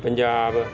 Punjab